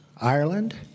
Ireland